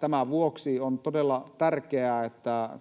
Tämän vuoksi on todella tärkeää,